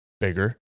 bigger